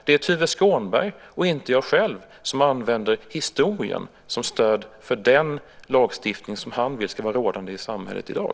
Det är Tuve Skånberg och inte jag själv som använder historien som stöd för den lagstiftning som han vill ska vara rådande i samhället i dag.